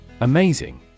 Amazing